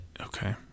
Okay